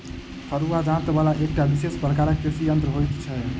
फरूआ दाँत बला एकटा विशेष प्रकारक कृषि यंत्र होइत छै